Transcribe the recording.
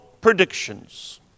predictions